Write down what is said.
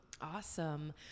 Awesome